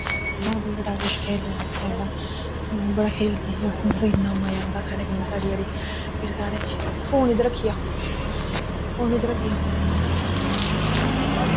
होर बी बड़ा किश खेलने जेह्ड़ा अस बड़ा खेलदे हे अस मतलव कि इन्ना मज़ा आंदा हा साढ़े कन्नै साढ़े जेह्ड़े जेह्ड़े साढ़े फोन इध्दर रक्खिया फोन इध्दर रक्खिया